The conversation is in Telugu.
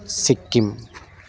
సిక్కిం